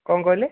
କ'ଣ କହିଲେ